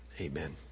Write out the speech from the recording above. amen